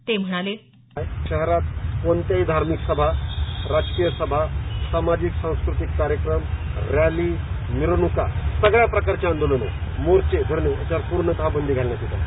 ते म्हणाले शहरात कोणत्याही धार्मिक सभा राजकीय सभा सामाजिक सांस्कृतिक कार्यक्रम रॅली मिरवणुका सगळ्या प्रकारचे आंदोलनं मोर्चे यावर पूर्णतः बंदी घातली आहे